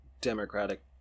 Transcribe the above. democratic